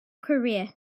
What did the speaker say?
career